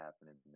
happening